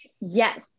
Yes